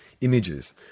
images